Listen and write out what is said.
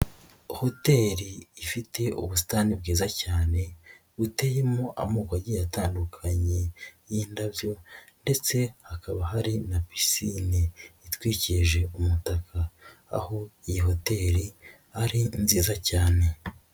Hoteli ifite ubusitani bwiza cyane buteyemo amoko agiye atandukanye y'indabyo ndetse hakaba hari na pisine itwikirije umutaka, aho iyi hoteli ari nziza cyane.